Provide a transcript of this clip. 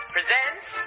Presents